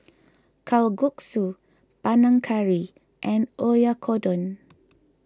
Kalguksu Panang Curry and Oyakodon